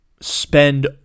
spend